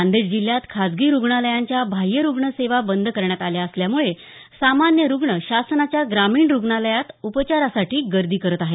नांदेड जिल्ह्यात खाजगी रूणालयांच्या बाह्य रूग्ण सेवा बंद करण्यात आल्या असल्यामुळे सामान्य रूग्ण शासनाच्या ग्रामीण रूग्णालयात उपचारासाठी गर्दी करत आहेत